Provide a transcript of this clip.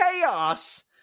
Chaos